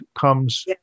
comes